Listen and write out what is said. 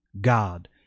God